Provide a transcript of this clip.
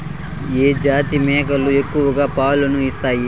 ఏ జాతి మేకలు ఎక్కువ పాలను ఇస్తాయి?